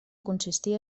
consistia